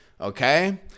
okay